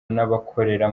n’abakorera